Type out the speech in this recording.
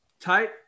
tight